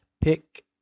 Pick